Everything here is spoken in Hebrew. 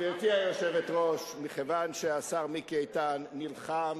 גברתי היושבת-ראש, מכיוון שהשר מיקי איתן נלחם